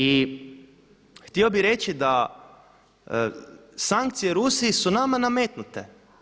I htio bih reći da sankcije Rusiji su nama nametnute.